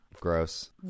gross